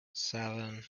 seven